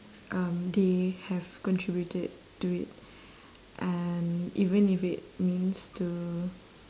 um they have contributed to it and even if it means to